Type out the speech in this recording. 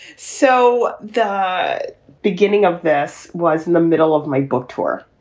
so the beginning of this was in the middle of my book tour.